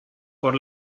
por